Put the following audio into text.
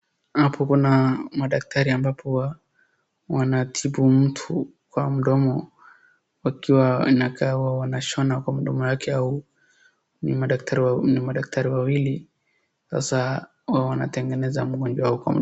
Hapa kuna madaktari ambapo wanatibu mtu kwa mdomo, wakiwa wanakaa wanashona kwa mdomo yake au ni madaktari wawili. Sasa wanatengeneza mgonjwa kwa...